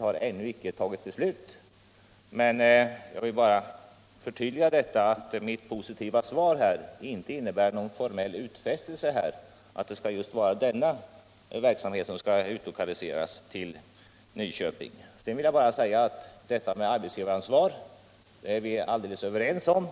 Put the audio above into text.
har, som jag redan sagt, inte tagit något beslut i den här frågan, och jag vill framhålla att mitt positiva svar inte innebär någon formell utfästelse att just denna verksamhet skall utlokaliseras till Nyköping. Att här föreligger ett arbetsgivaransvar är vi helt överens om.